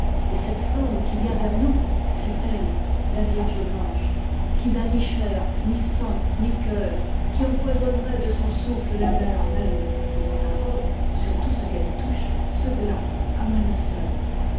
et cette forme qui vient vers nous c'est elle la vierge blanche qui n'a ni chair ni sang ni cœur qui empoisonnerait de son souffle la mer même et dont la robe sur tout ce qu'elle touche se glace comme un